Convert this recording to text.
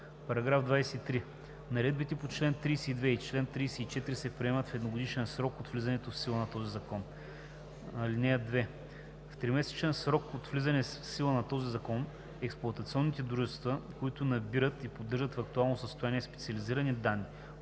§ 23. (1) Наредбите по чл. 32 и чл. 34 се приемат в едногодишен срок от влизането в сила на този закон. (2) В тримесечен срок от влизането в сила на този закон експлоатационните дружества, които набират и поддържат в актуално състояние специализирани данни